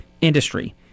industry